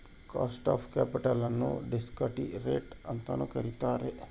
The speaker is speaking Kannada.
ಕಾಸ್ಟ್ ಆಫ್ ಕ್ಯಾಪಿಟಲ್ ನ್ನು ಡಿಸ್ಕಾಂಟಿ ರೇಟ್ ಅಂತನು ಕರಿತಾರೆ